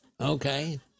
Okay